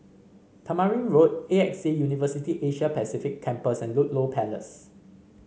Tamarind Road A X A University Asia Pacific Campus and Ludlow Place